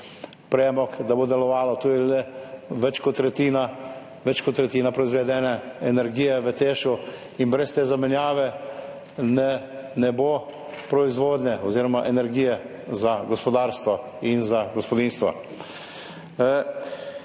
da bo delovalo. To je le več kot tretjina proizvedene energije v Tešu in brez te zamenjave ne bo proizvodnje oziroma energije za gospodarstvo in za gospodinjstva.